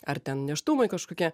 ar ten nėštumai kažkokie